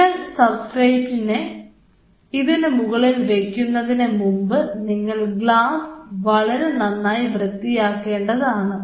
നിങ്ങൾ സബ്സ്ട്രേറ്റിനെ ഇതിനുമുകളിൽ വയ്ക്കുന്നതിനുമുമ്പ് നിങ്ങൾ ഗ്ലാസ് വളരെ നന്നായി വൃത്തിയാക്കേണ്ടത് ആണ്